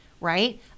right